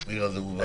מירה, זה הובן.